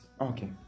Okay